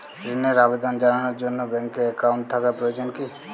ঋণের আবেদন জানানোর জন্য ব্যাঙ্কে অ্যাকাউন্ট থাকা প্রয়োজন কী?